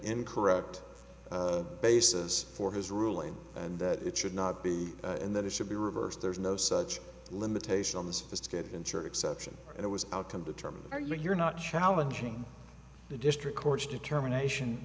incorrect basis for his ruling and that it should not be in that it should be reversed there's no such limitation on the sophisticated and sure exception and it was outcome determined there you're not challenging the district court's determination